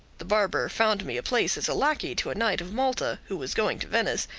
the barber found me a place as lackey to a knight of malta who was going to venice,